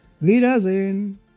Wiedersehen